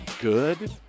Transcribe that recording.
good